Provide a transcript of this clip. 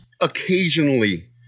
Occasionally